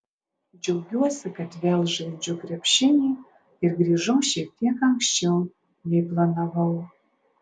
džiaugiuosi kad vėl žaidžiu krepšinį ir grįžau šiek tiek anksčiau nei planavau